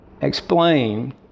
Explain